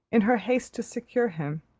in her haste to secure him,